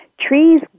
Trees